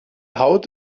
haut